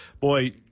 boy